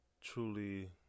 truly